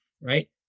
right